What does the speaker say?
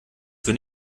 für